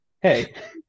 Hey